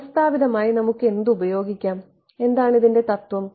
വ്യവസ്ഥാപിതമായി നമുക്ക് എന്ത് ഉപയോഗിക്കാം എന്താണ് തത്വം